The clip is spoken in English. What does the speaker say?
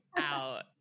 out